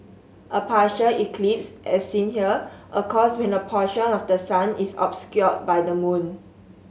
a partial eclipse as seen here occurs when a portion of the sun is obscured by the moon